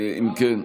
אם כן,